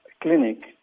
Clinic